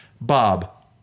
Bob